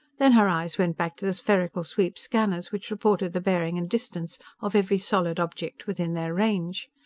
then her eyes went back to the spherical-sweep scanners which reported the bearing and distance of every solid object within their range.